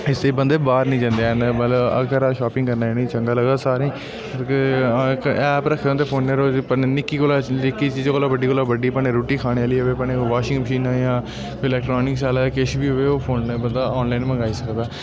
इस ई बंदे बाहर निं जंदे हैन मतलब घरा शॉपिंग करना इ'नें गी चंगा लगदा सारें क्योंकि ऐप रखे दे होंदे फोनै च निक्की कोला निक्की चीज़ै कोला बड्डी कोला बड्डी भामें रुट्टी खानी आह्ले होऐ भामें वॉशिंग मशीन होऐ जां इलैक्ट्रॉनिक्स आह्ला किश बी होऐ ओह् फोनै ई बंदा ऑनलाइन मंगाई सकदा